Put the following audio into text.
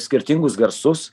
skirtingus garsus